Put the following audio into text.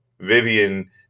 Vivian